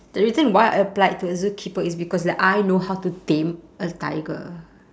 the reason why I applied to a zookeeper is because that I know how to tame a tiger